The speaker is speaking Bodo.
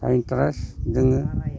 आइ त्रास्त जोङो